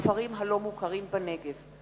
בכפרים הלא-מוכרים בנגב,